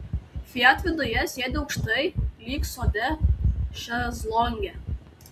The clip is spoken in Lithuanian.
fiat viduje sėdi aukštai lyg sode šezlonge